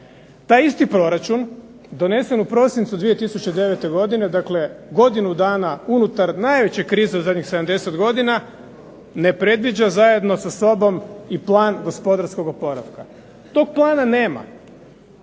Taj isti proračun donesen u prosincu 2009. godine, dakle godinu dana unutar najveće krize zadnjih 70 godina, ne predviđa zajedno sa sobom i plan gospodarskog oporavka. Tog plana nema.